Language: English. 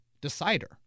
decider